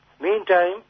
Meantime